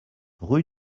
rue